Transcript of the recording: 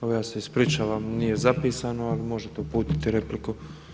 Evo, ja se ispričavam, nije zapisano ali možete uputiti repliku.